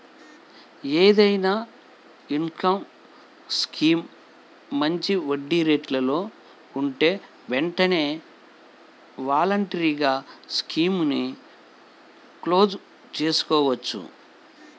ఏదైనా income scheme మంచి వడ్డీరేట్లలో ఉంటే వెంటనే వాలంటరీగా స్కీముని క్లోజ్ చేసుకోవచ్చు